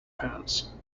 has